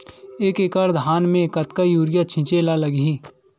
एक एकड़ धान में कतका यूरिया छिंचे ला लगही?